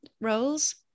roles